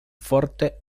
forte